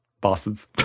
bastards